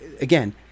again